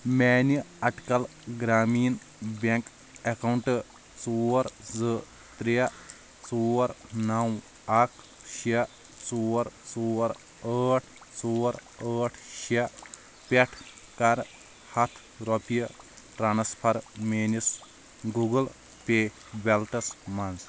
میٛانہِ اَٹکَل Grameen bank account ژور زٕ ترٛےٚ ژور نَو اَکھ شےٚ ژور ژور ٲٹھ ژور ٲٹھ شےٚ پٮ۪ٹھ کَر ہَتھ رۄپیہِ ٹرٛانَسفَر میٛٲنِس گوٗگَل پے وٮ۪لٹَس منٛز